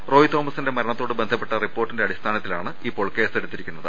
റോയ് തോമസിന്റെ മരണത്തോട് ബന്ധപ്പെട്ട റിപ്പോർട്ടിന്റെ അടിസ്ഥാ നത്തിലാണ് ഇപ്പോൾ കേസെടുത്തിരിക്കുന്നത്